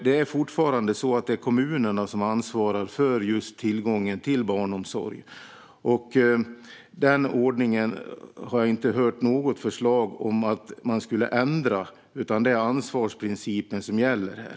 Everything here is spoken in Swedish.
Det är fortfarande kommunerna som har ansvar för tillgången till barnomsorg. Jag har inte hört något förslag om att man skulle ändra denna ordning, utan det är ansvarsprincipen som gäller här.